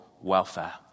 welfare